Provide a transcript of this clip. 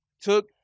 took